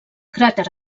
cràter